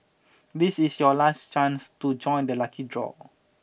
this is your last chance to join the lucky draw